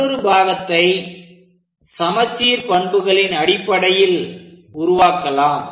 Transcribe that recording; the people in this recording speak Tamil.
மற்றொரு பாகத்தை சமச்சீர் பண்புகளின் அடிப்படையில் உருவாக்கலாம்